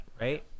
Right